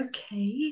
Okay